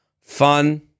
Fun